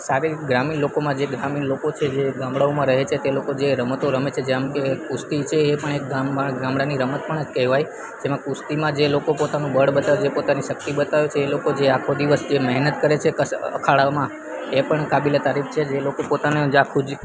શારીરિક ગ્રામીણ લોકોમાં જે છે જે ગામડાઓમાં રહે છે તે લોકો જે રમતો રમે છે જેમ કે કુસ્તી છે એ પણ એક ગામમાં ગામડાની રમત પણ કહેવાય જેમાં કુસ્તીમાં જે લોકો પોતાનું બળ બતાવે જે પોતાની શક્તિ બતાવે છે એ લોકો જે આખો દિવસ જે મેહનત કરે છે કસ અખાડામાં એ પણ કાબીલે તારીફ છે જે લોકો પોતાને જે આખું જ